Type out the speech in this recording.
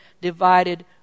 divided